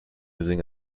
using